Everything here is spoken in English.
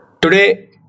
Today